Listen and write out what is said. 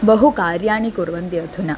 बहु कार्याणि कुर्वन्ति अधुना